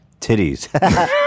Titties